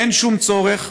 אין שום צורך,